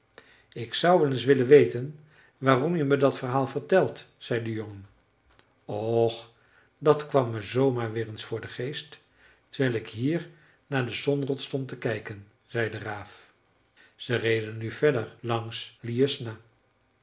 ik zou wel eens willen weten waarom je me dat verhaal vertelt zei de jongen och dat kwam me zoo maar weer voor den geest terwijl ik hier naar de sonrots stond te kijken zei de raaf ze reden nu verder langs ljusna